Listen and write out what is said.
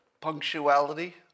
Punctuality